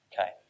Okay